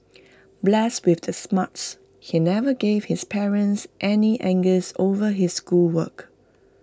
blessed with the smarts he never gave his parents any angst over his schoolwork